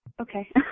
Okay